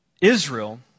Israel